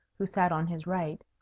who sat on his right,